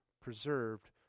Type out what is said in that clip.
preserved